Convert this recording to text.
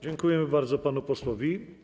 Dziękuję bardzo panu posłowi.